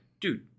dude